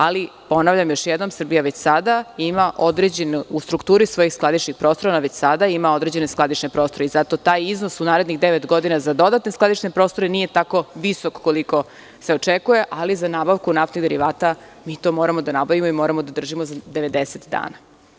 Ali, ponavljam još jednom, Srbija već sada ima u strukturi svojih skladišnih prostora određene skladišne prostore i zato taj iznos u narednih devet godina za dodatne skladišne prostore nije tako visok koliko se očekuje, ali za nabavku naftnih derivata mi to moramo da nabavimo i tu moramo da držimo 90 dana.